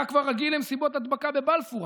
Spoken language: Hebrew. אתה כבר רגיל למסיבות הדבקה בבלפור.